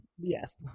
Yes